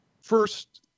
first